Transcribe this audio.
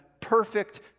perfect